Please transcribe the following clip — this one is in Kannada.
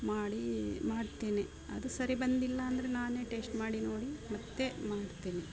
ಮಾಡಿ ಮಾಡುತ್ತೇನೆ ಅದು ಸರಿ ಬಂದಿಲ್ಲಾಂದರೆ ನಾನೇ ಟೇಸ್ಟ್ ಮಾಡಿ ನೋಡಿ ಮತ್ತೆ ಮಾಡ್ತೀನಿ